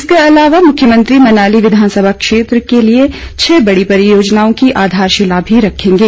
इसके अलावा मुख्यमंत्री मनाली विधानसभा क्षेत्र के लिए छः बड़ी परियोजनाओं की आधारशिलाएं भी रखेंगे